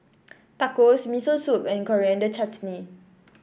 Tacos Miso Soup and Coriander Chutney